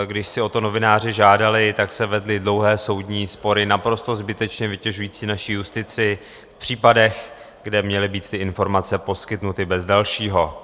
Když si o to novináři žádali, tak se vedly dlouhé soudní spory, naprosto zbytečně vytěžující naši justici v případech, kde měly být ty informace poskytnuty bez dalšího.